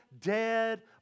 dead